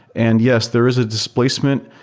and yes, there is a displacement,